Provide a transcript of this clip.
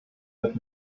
with